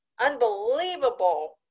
unbelievable